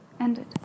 ended